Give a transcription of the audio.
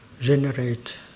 generate